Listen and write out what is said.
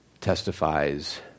testifies